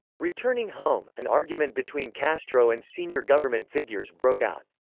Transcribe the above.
returning home, an argument between castro and senior government figures broke out.